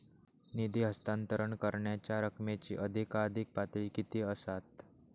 निधी हस्तांतरण करण्यांच्या रकमेची अधिकाधिक पातळी किती असात?